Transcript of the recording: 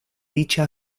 dicha